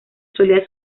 solía